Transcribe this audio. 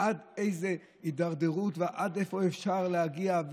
עד איזו הידרדרות ועד איפה אפשר להגיע?